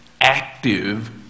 active